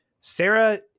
Sarah